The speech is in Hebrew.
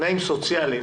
תנאים סוציאליים,